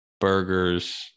burgers